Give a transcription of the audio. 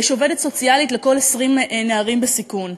יש עובדת סוציאלית לכל 20 נערים בסיכון,